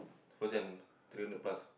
worse than three hundred plus